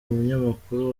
munyamakuru